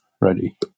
ready